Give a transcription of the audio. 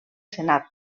senat